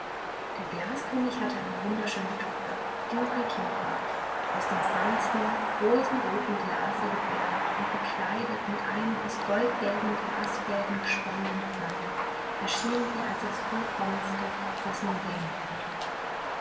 der glaskönig hatte eine wunderschöne tochter die noch kind war aus dem feinsten rosenroten glase gebildet und bekleidet mit einem aus goldgelben glasfäden gesponnenen gewande erschien sie als das vollkommenste was man sehen konnte